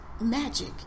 magic